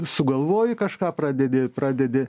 sugalvoji kažką pradedi pradedi